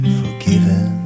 forgiven